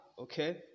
Okay